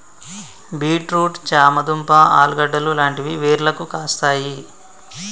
beet root చామ దుంప ఆలుగడ్డలు లాంటివి వేర్లకు కాస్తాయి